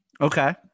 Okay